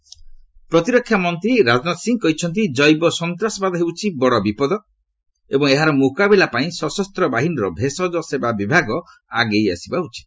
Rajnath bioterrorism ପ୍ରତିରକ୍ଷା ମନ୍ତ୍ରୀ ରାଜନାଥ ସିଂହ କହିଛନ୍ତି ଜୈବ ସନ୍ତାସବାଦ ହେଉଛି ବଡ଼ ବିପଦ ଏବଂ ଏହାର ମୁକାବିଲା ପାଇଁ ସଶସ୍ତ ବାହିନୀର ଭେଷଜସେବା ବିଭାଗ ଆଗେଇ ଆସିବା ଉଚିତ